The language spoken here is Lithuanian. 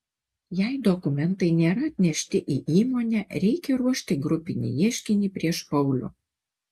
jei dokumentai nėra atnešti į įmonę reikia ruošti grupinį ieškinį prieš paulių